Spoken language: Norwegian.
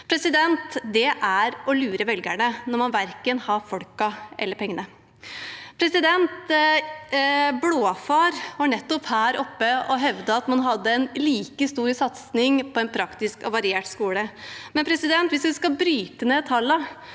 Det er å lure velgerne når man verken har folkene eller pengene. Blåfar var nettopp her oppe og hevdet at man hadde en like stor satsing på en praktisk og variert skole. Hvis vi bryter ned tallene,